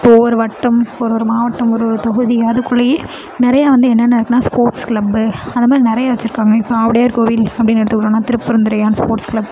இப்போ ஒவ்வொரு வட்டம் ஒருவொரு மாவட்டம் ஒருவொரு தொகுதி அதுக்குள்ளேயே நிறைய வந்து என்னென்ன இருக்கும்னா ஸ்போர்ட்ஸ் கிளப்பு அதமாதிரி நிறைய வச்சியிருக்காங்க இப்போ ஆவுடையார் கோவில் அப்படின்னு எடுத்துக்கிட்டோன்னா திருப்பெருந்துரையான் ஸ்போர்ட்ஸ் கிளப்